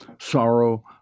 sorrow